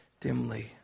dimly